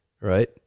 right